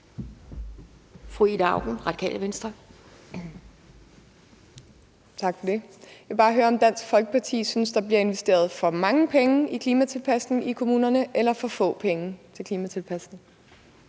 Ida Auken (RV): Tak for det. Jeg vil bare høre, om Dansk Folkeparti synes, at der bliver investeret for mange penge i klimatilpasningen i kommunerne eller for få penge i klimatilpasningen.